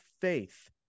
faith